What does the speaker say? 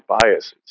biases